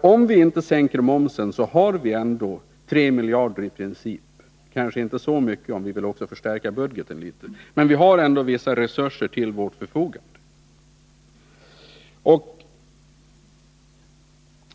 Om vi inte sänker momsen har vi ändå i princip 3 miljarder — kanske inte så mycket om vi också vill förstärka budgeten, men vi har ändå vissa resurser till vårt förfogande.